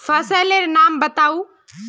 फसल लेर नाम बाताउ?